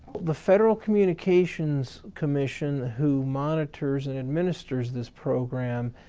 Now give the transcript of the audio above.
the federal communications commission who monitors and administers this program